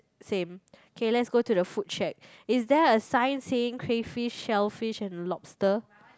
same K let's go to the food check is there a sign saying clay fish selfish and lobster